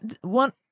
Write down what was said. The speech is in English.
one